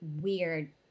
weird